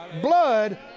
blood